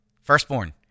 firstborn